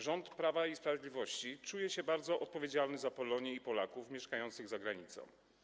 Rząd Prawa i Sprawiedliwości czuje się bardzo odpowiedzialny za Polonię i Polaków mieszkających za granicą.